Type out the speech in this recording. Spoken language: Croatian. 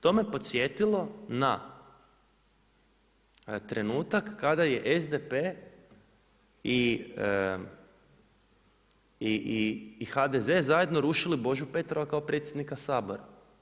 To me podsjetilo na trenutak kada je SDP i HDZ zajedno rušili Božu Petrova kao predsjednika Sabora.